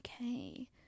okay